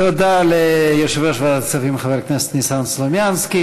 תודה ליושב-ראש ועדת הכספים חבר הכנסת ניסן סלומינסקי.